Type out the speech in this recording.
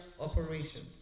operations